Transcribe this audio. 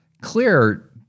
clear